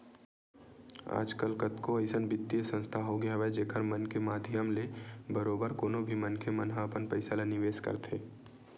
आजकल कतको अइसन बित्तीय संस्था होगे हवय जेखर मन के माधियम ले बरोबर कोनो भी मनखे मन ह अपन पइसा ल निवेस करथे